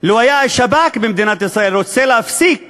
לו היה השב"כ במדינת ישראל רוצה להפסיק